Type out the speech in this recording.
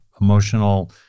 Emotional